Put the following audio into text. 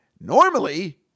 Normally